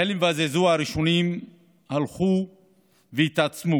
ההלם והזעזוע הראשוניים הלכו והתעצמו.